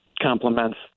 complements